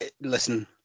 listen